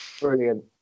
Brilliant